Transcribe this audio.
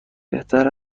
بهتر